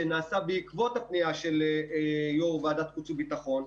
שנעשה בעקבות הפנייה של יו"ר ועדת החוץ והביטחון,